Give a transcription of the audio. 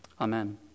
Amen